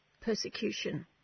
persecution